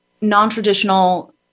non-traditional